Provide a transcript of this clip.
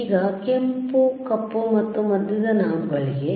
ಈಗ ಕೆಂಪು ಕಪ್ಪು ಮತ್ತು ಮಧ್ಯದ ನಾಬ್ಗಳಿವೆ